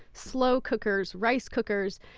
slow cookers, rice cookers.